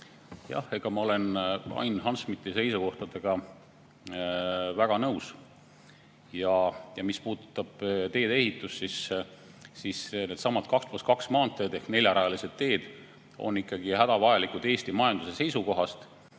Jah, ma olen Ain Hanschmidti seisukohtadega väga nõus. Mis puudutab teedeehitust, siis needsamad 2 + 2 maanteed ehk neljarajalised teed on ikkagi hädavajalikud Eesti majanduse seisukohast,